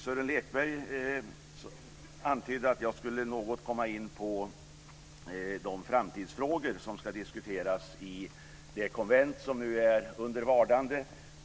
Sören Lekberg antydde att jag skulle något komma in på de framtidsfrågor som ska diskuteras i det konvent som nu är under vardande.